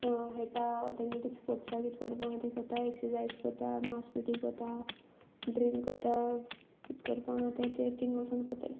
खेळटा ओर तांचे कितें स्पोट्साक कितें करपा आसा तें करतात एक्सरसायज करता मास पि टी करता ड्रील करता कितें करपा आसा तें तें थंय वचून करता